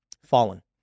fallen